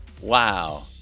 wow